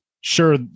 sure